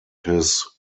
his